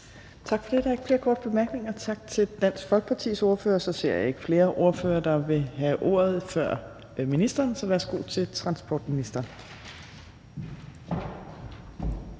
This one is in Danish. Tak for det. Der er ikke flere korte bemærkninger. Tak til Dansk Folkepartis ordfører. Jeg ser ikke flere ordførere, der vil have ordet før ministeren, så værsgo til transportministeren.